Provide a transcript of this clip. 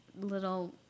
little